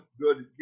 good